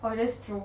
oh that's true